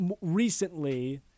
recently